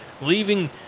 leaving